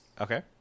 Okay